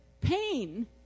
pain